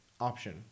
option